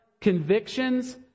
convictions